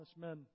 men